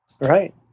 Right